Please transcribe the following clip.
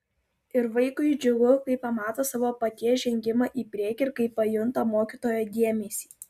ir vaikui džiugu kai pamato savo paties žengimą į priekį ir kai pajunta mokytojo dėmesį